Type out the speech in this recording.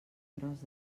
tros